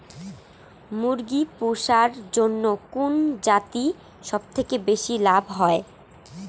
মুরগি পুষার জন্য কুন জাতীয় সবথেকে বেশি লাভ হয়?